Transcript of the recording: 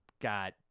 got